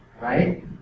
Right